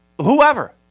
whoever